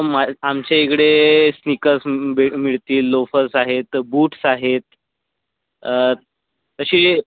मा आमच्या इकडे स्नीकर्स भे मिळतील लोफर्स आहेत बूटस आहेत तसे